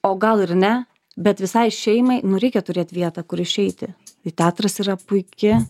o gal ir ne bet visai šeimai nu reikia turėt vietą kur išeiti ir teatras yra puiki